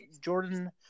Jordan